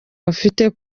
bafite